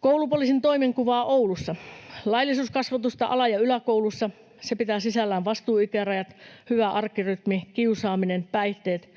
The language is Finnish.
Koulupoliisin toimenkuvaa Oulussa: Laillisuuskasvatusta ala- ja yläkoulussa. Se pitää sisällään vastuuikärajat, hyvän arkirytmin, kiusaamisen, päihteet.